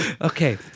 Okay